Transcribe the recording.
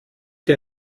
der